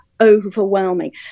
overwhelming